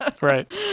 Right